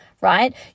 right